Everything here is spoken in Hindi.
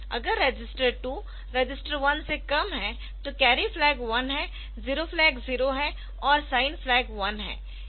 अगर रजिस्टर 2 रजिस्टर 1 से कम है तो कैरी फ्लैग 1 है जीरो फ्लैग 0 है और साइन फ्लैग 1 है